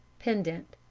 pendent,